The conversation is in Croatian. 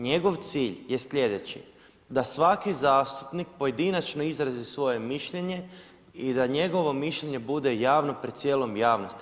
Njegov cilj je sljedeći, da svaki zastupnik pojedinačno izrazi svoje mišljenje i da njegovo mišljenje bude javno pred cijelom javnosti.